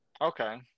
Okay